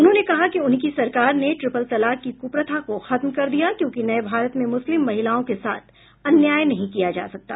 उन्होंने कहा उनकी सरकार ने ट्रिपल तालक की कुप्रथा को खत्म कर दिया क्योंकि नये भारत में मुस्लिम महिलाओं के साथ अन्याय नहीं किया जा सकता